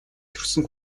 төрсөн